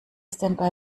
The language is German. standby